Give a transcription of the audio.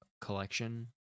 collection